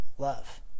love